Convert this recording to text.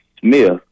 Smith